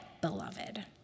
beloved